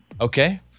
Okay